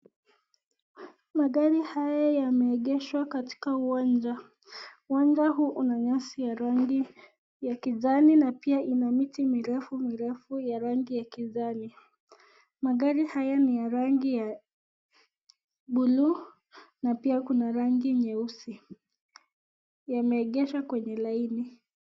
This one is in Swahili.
Magari haya yameegezwa katika uwanja, uwanja huu una nyasi ya rangi ya kijani na pia ina miti mirefu mirefu ya rangi ya kijani. Magari haya niya rangi ya buluu na pia kuna rangi nyeusi, yameegezwa kwenye laini.